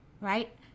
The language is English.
Right